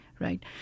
Right